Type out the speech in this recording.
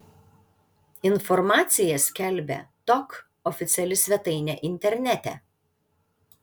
informaciją skelbia tok oficiali svetainė internete